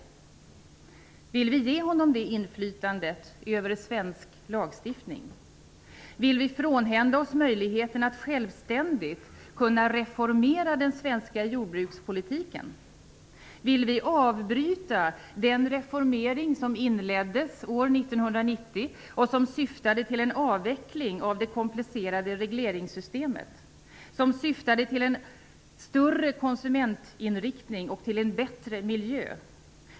Vill vi ge honom det inflytandet över svensk lagstiftning? Vill vi frånhända oss möjligheten att självständigt kunna reformera den svenska jordbrukspolitiken? Vill vi avbryta den reformering som inleddes år 1990 och som syftade till en avveckling av det komplicerade regleringssystemet, som syftade till en större konsumentinriktning och som syftade till en bättre miljö?